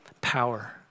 power